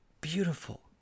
beautiful